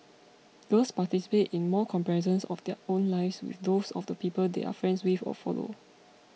girls participate in more comparisons of their own lives with those of the people they are friends with or follow